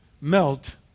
melt